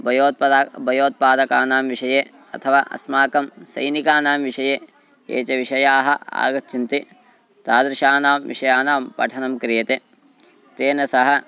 भयोत्पद भयोत्पादकानां विषये अथवा अस्माकं सैनिकानां विषये ये च विषयाः आगच्छन्ति तादृशानां विषयानां पठनं क्रियते तेन सह